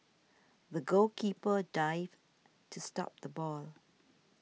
the goalkeeper dived to stop the ball